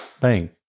bang